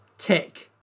Tick